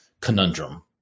conundrum